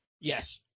Yes